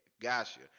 Gotcha